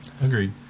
Agreed